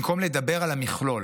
במקום לדבר על המכלול,